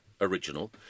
original